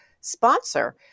sponsor